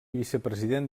vicepresident